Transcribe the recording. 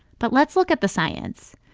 but let's look at the science.